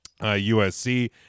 USC